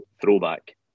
throwback